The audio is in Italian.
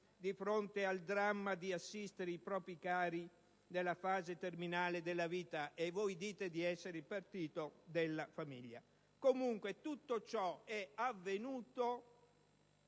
di fronte al dramma di assistere i propri cari nella fase terminale della vita. E voi dite di essere il partito della famiglia. Comunque, tutto ciò o è avvenuto